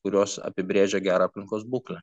kurios apibrėžia gerą aplinkos būklę